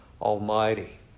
Almighty